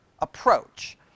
approach